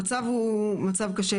המצב הוא מצב קשה,